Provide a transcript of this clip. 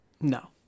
No